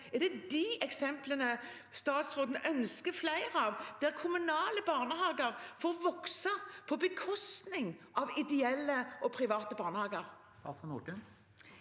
og har kvalitet, statsråden ønsker flere av, der kommunale barnehager får vokse på bekostning av ideelle og private barnehager?